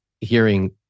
hearing